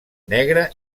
negre